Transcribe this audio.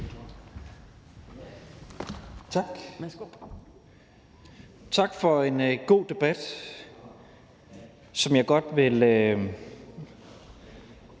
Tak for en god debat, som jeg godt vil